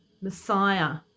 Messiah